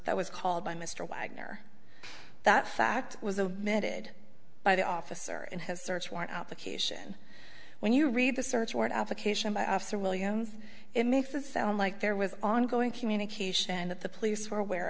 that was called by mr wagner that fact was a method by the officer in his search warrant application when you read the search warrant application by officer williams it makes it sound like there was ongoing communication that the police were aware